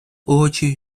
очи